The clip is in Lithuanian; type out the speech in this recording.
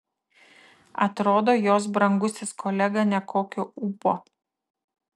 atrodo jos brangusis kolega nekokio ūpo